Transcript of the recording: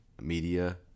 media